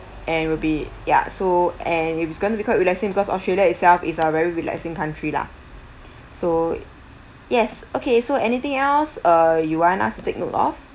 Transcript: and will be ya so and it was going to be quite relaxing because australia itself is a very relaxing country lah so yes okay so anything else err you want us to take note of